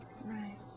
Right